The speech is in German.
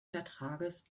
vertrages